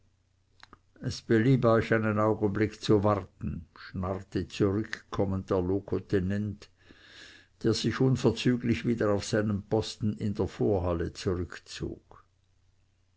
es belieb euch einen augenblick zu warten schnarrte zurückkommend der locotenent der sich unverzüglich wieder auf seinen posten in der vorhalle zurückzog